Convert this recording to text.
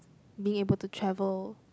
being able to travel